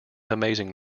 amazing